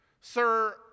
Sir